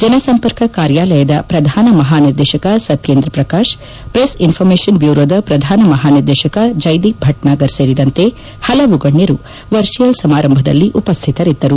ಜನಸಂಪರ್ಕ ಕಾರ್ಯಾಲಯದ ಪ್ರಧಾನ ಮಹಾನಿರ್ದೇಶಕ ಸತ್ಯೇಂದ್ರ ಪ್ರಕಾಶ್ ಪ್ರೆಸ್ ಇನ್ವಾರ್ಮೇಶನ್ ಬ್ಯೂರೋದ ಪ್ರಧಾನ ಮಹಾನಿರ್ದೇಶಕ ಜೈದೀಪ್ ಭಭ್ನಾಗರ್ ಸೇರಿದಂತೆ ಹಲವು ಗಣ್ಯರು ವರ್ಚುವಲ್ ಸಮಾರಂಭದಲ್ಲಿ ಉಪಸ್ವಿತರಿದ್ದರು